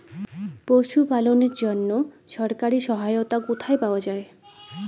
পশু পালনের জন্য সরকারি সহায়তা কোথায় পাওয়া যায়?